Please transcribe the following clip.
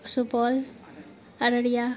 Supaul Araria